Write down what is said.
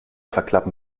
verklappen